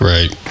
Right